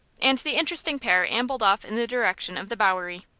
and the interesting pair ambled off in the direction of the bowery.